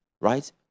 right